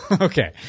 Okay